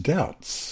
Doubts